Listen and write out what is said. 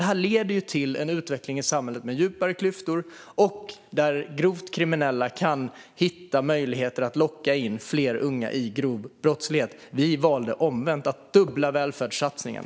Detta leder till en utveckling i samhället med djupare klyftor, där grovt kriminella kan hitta möjligheter att locka in fler unga i grov brottslighet. Vi valde omvänt att dubbla välfärdssatsningen.